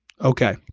Okay